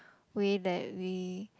way that we